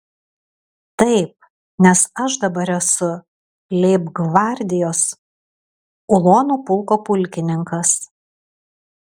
taip nes aš dabar esu leibgvardijos ulonų pulko pulkininkas